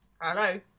Hello